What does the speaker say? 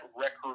record